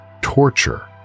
torture